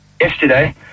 Yesterday